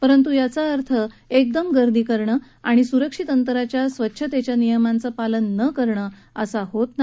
पण याचा अर्थ एकदम गरीं करणं आणि सुरक्षित अंतराच्या स्वच्छतेच्या नियमांचं पालन न करणं असा होत नाही